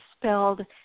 spelled